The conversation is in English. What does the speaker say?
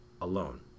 alone